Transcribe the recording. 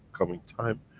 coming time.